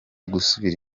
gusubira